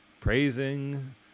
praising